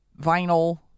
vinyl